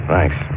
Thanks